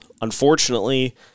Unfortunately